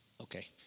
Okay